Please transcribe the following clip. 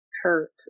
hurt